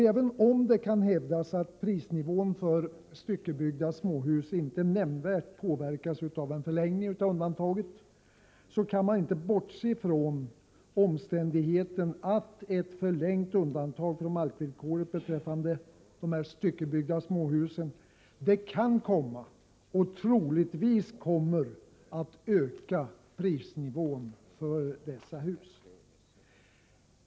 Även om det alltså hävdas att prisnivån för styckebyggda småhus inte nämnvärt påverkas av en förlängning av undantaget kan man inte bortse från den omständigheten att ett förlängt undantag från markvillkoret beträffande styckebyggda småhus kan komma — och troligtvis kommer — att öka prisnivån för dessa hus.